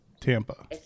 Tampa